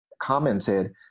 commented